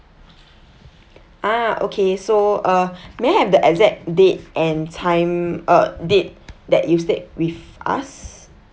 ah okay so uh may I have the exact date and time uh date that you stayed with us